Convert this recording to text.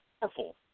powerful